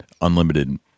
unlimited